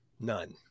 none